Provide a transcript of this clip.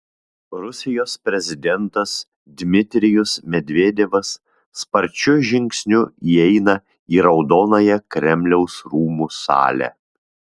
rusijos prezidentas dmitrijus medvedevas sparčiu žingsniu įeina į raudonąją kremliaus rūmų salę